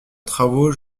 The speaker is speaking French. travaux